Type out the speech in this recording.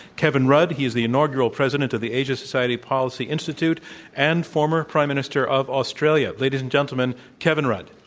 kevin rudd. he is the inaugural president of the asia society policy institute and former prime minister of australia. ladies and gentlemen, kevin rudd.